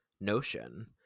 notion